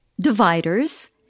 dividers